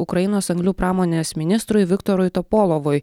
ukrainos anglių pramonės ministrui viktorui topolovui